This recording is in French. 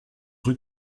rue